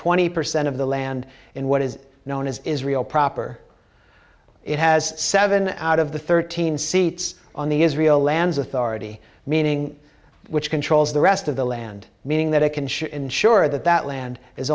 twenty percent of the land in what is known as israel proper it has seven out of the thirteen seats on the israel lands authority meaning which controls the rest of the land meaning that it can ensure that that land is